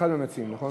אחד המציעים, נכון?